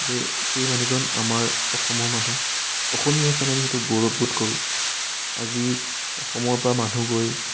যে সেই মানুহজন আমাৰ অসমৰ মানুহ অসমীয়া হিচাপে আমি সেইটো গৌৰৱবোধ কৰোঁ আজি অসমৰ পৰা মানুহ গৈ